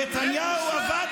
תומך